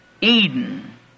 Eden